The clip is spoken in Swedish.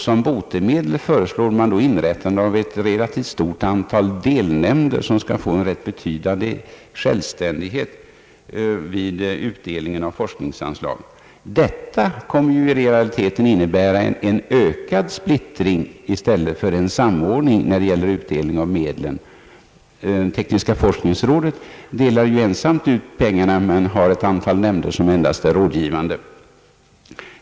Som botemedel föreslås inrättande av ett relativt stort antal delnämnder på olika områden, som med betydande självständighet skall dela ut forskningsanslag. Detta kommer i realiteten att innebära en ökad splittring i stället för en samordning när det gäller utdelning av medlen. Tekniska forskningsrådet delar ensamt ut pengarna, men har ett antal nämnder som endast är rådgivande.